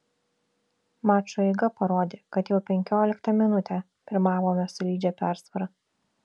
mačo eiga parodė kad jau penkioliktą minutę pirmavome solidžia persvara